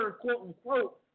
quote-unquote